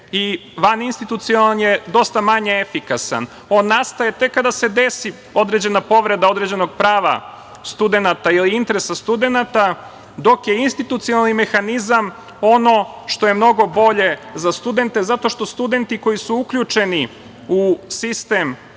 i vanistitucionalan je dosta manje efikasan. On nastaje tek kada se desi određena povreda određenog prava studenata ili interesa studenata, dok je institucionalni mehanizam ono što je mnogo bolje za studente, zato što studenti koji su uključeni u sistem